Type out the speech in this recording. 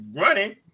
running